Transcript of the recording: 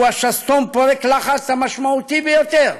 שהוא השסתום פורק הלחץ המשמעותי ביותר,